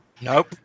Nope